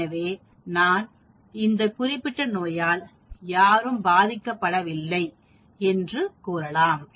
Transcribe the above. எனவே நான் இந்த குறிப்பிட்ட நோயால் யாரும் பாதிக்கப்படவில்லை என்று கூறலாம்